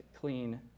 clean